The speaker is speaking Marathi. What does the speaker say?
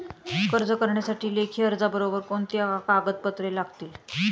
कर्ज करण्यासाठी लेखी अर्जाबरोबर कोणती कागदपत्रे लागतील?